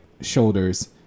shoulders